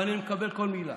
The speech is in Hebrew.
אבל אני מקבל כל מילה,